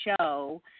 show